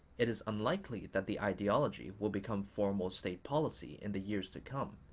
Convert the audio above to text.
it is unlikely that the ideology will become formal state policy in the years to come,